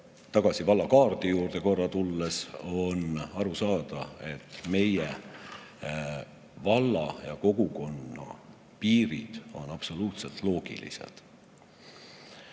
tagasi valla kaardi juurde korra tulla, siis on aru saada, et meie valla ja kogukonna piirid on absoluutselt loogilised.